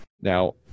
Now